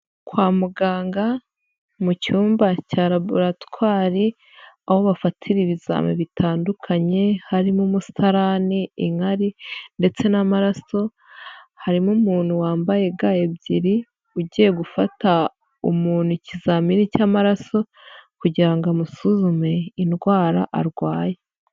Kwa muganga mu cyumba cya laboratwari, aho bafatira ibizamini bitandukanye, harimo umusarani, inkari ndetse n'amaraso, harimo umuntu wambaye ga ebyiri, ugiye gufata umuntu ikizamini cy'amaraso kugira ngo amusuzume indwara arwaye.